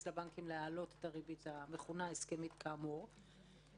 לבנקים להעלות את הריבית המכונה "הסכמית" כאמור,